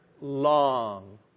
long